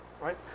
Right